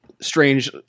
strange